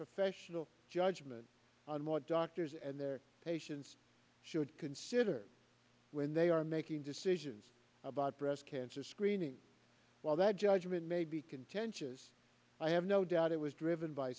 professional judgment on what doctors and their patients should consider when they are making decisions about breast cancer screening while that judgment may be contentious i have no doubt it was driven by